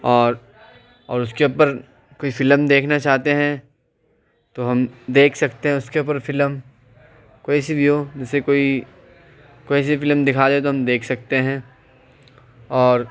اور اور اس کے اوپر کوئی فلم دیکھنا چاہتے ہیں تو ہم دیکھ سکتے ہیں اس کے اوپر فلم کوئی سی بھی ہو جیسے کوئی کوئی سی بھی فلم دکھا دے تو ہم دیکھ سکتے ہیں اور